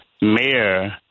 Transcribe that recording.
mayor